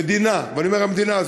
המדינה, ואני אומר המדינה.